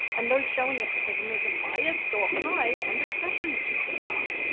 and those showing a pessimism bias score high on depression symptoms.